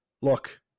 Look